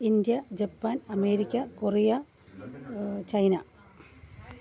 India Japan America Korea China